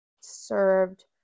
served